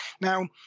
Now